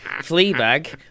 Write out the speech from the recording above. Fleabag